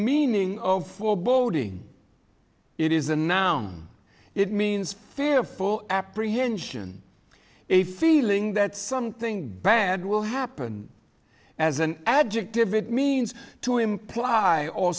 meaning of foreboding it is a noun it means fearful apprehension a feeling that something bad will happen as an adjective it means to imply